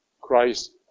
Christ